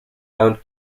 mount